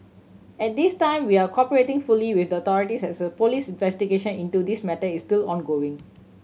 at this time we are cooperating fully with the authorities as a police investigation into this matter is still ongoing